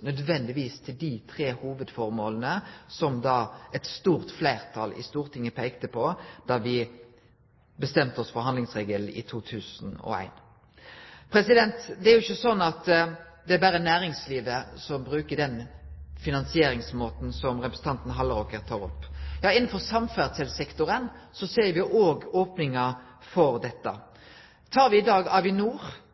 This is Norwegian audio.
nødvendigvis har gått til dei tre hovudformåla som eit stort fleirtal i Stortinget peikte på da vi bestemte oss for handlingsregelen i 2001. Det er ikkje sånn at det berre er næringslivet som bruker den finansieringsmåten som representanten Halleraker tek opp. Også innanfor samferdselssektoren ser vi opningar for dette. Avinor er i dag